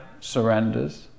surrenders